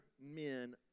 men